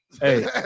Hey